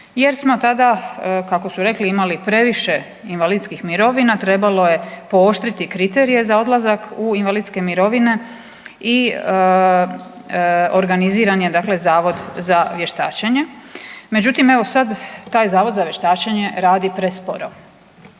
jer smo tada kako su rekli imali previše invalidskih mirovina, trebalo je pooštriti kriterije za odlazak u invalidske mirovine i organiziran je dakle Zavod za vještačenje. Međutim, evo sada taj Zavod za vještačenje radi presporo.